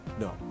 No